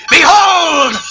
Behold